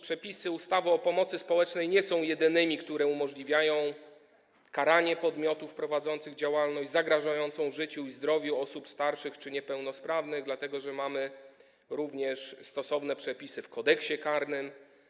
Przepisy ustawy o pomocy społecznej nie są jedynymi, które umożliwiają karanie podmiotów prowadzących działalność zagrażającą życiu i zdrowiu osób starszych czy niepełnosprawnych, dlatego że mamy również stosowne przepisy w Kodeksie karnym.